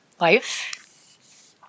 life